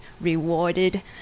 rewarded